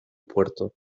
puerto